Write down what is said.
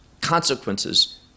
consequences